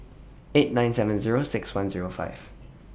eight nine seven Zero six one Zero five